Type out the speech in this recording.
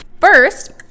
First